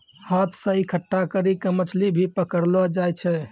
हाथ से इकट्ठा करी के मछली भी पकड़लो जाय छै